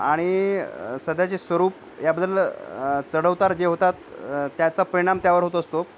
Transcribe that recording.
आणि सध्याचे स्वरूप याबद्दल चढउतार जे होतात त्याचा परिणाम त्यावर होत असतो